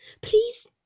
Please